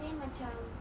then macam